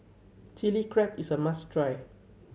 Chili Crab is a must try